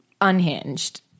unhinged